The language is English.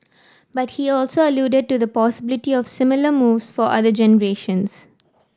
but he also alluded to the possibility of similar moves for other generations